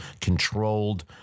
controlled